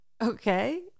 Okay